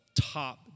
top